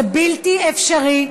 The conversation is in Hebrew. זה בלתי אפשרי.